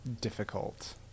difficult